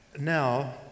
now